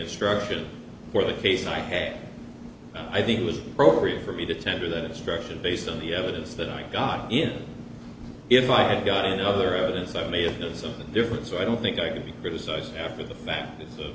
instructed for the case i had i think it was appropriate for me to tender that instruction based on the evidence that i got in if i had gotten other evidence i may have done something different so i don't think i could be criticized after the fact if it's a